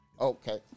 Okay